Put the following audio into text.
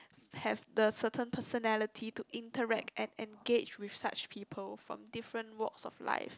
have the certain personality to interact and engage with such people from different walks of life